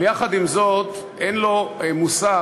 יחד עם זאת, אין לו מושג,